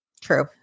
True